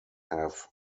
have